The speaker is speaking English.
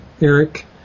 Eric